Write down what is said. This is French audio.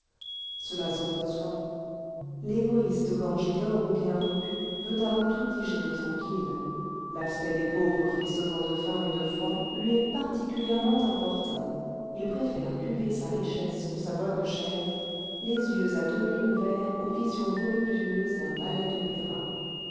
cela se conçoit l'égoïste gorgé d'or ou bien repu veut avant tout digérer tranquille l'aspect des pauvres frissonnant de faim et de froid lui est particulièrement importun il préfère cuver sa richesse ou sa bonne chère les yeux à demi ouverts aux visions voluptueuses d'un ballet d'opéra